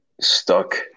stuck